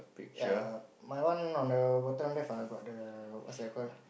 ya my one on the hotel left I got the what's that call